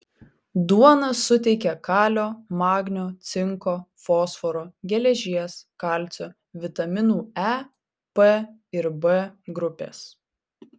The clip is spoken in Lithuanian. duona suteikia kalio magnio cinko fosforo geležies kalcio vitaminų e p b grupės